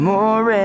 More